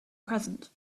present